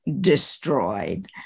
destroyed